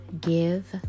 give